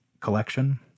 collection